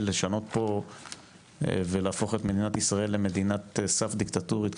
לשנות פה ולהפוך את מדינת ישראל למדינת סף דיקטטורית,